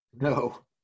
No